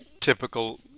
typical